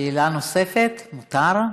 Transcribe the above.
שאלה נוספת, מותר,